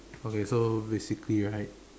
okay so basically right